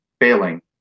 failing